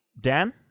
Dan